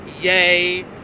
yay